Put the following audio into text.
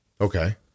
Okay